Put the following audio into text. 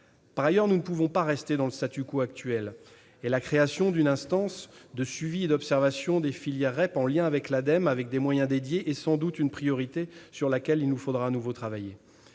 Par ailleurs, nous ne pouvons pas nous contenter du statu quo. La création d'une instance de suivi et d'observation des filières REP, en liaison avec l'Ademe, avec des moyens dédiés, est sans doute une priorité sur laquelle nous devrons de nouveau travailler.